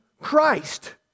Christ